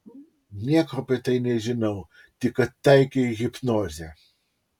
nieko apie tai nežinau tik kad taikei hipnozę